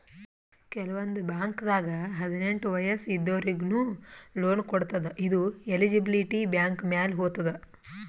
ಕೆಲವಂದ್ ಬಾಂಕ್ದಾಗ್ ಹದ್ನೆಂಟ್ ವಯಸ್ಸ್ ಇದ್ದೋರಿಗ್ನು ಲೋನ್ ಕೊಡ್ತದ್ ಇದು ಎಲಿಜಿಬಿಲಿಟಿ ಬ್ಯಾಂಕ್ ಮ್ಯಾಲ್ ಹೊತದ್